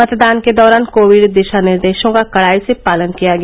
मतदान के दौरान कोविड दिशा निर्देशों का कड़ाई से पालन किया गया